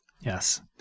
Yes